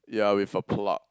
ya with a plug